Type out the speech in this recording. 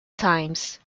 times